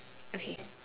okay